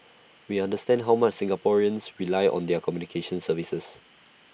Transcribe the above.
we understand how much Singaporeans rely on their communications services